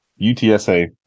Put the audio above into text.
UTSA